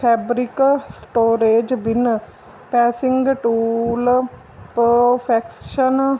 fabric storage win pressing tool perfection